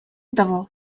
того